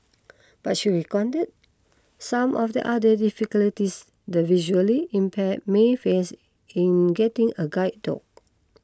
but she recounted some of the other difficulties the visually impaired may face in getting a guide dog